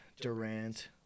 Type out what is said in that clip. Durant